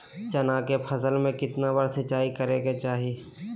चना के फसल में कितना बार सिंचाई करें के चाहि?